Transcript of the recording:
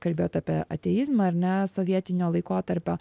kalbėjot apie ateizmą ar ne sovietinio laikotarpio